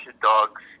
dogs